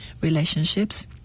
relationships